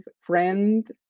friend